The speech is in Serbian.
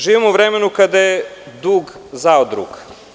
Živimo u vremenu kada je dug zao drug.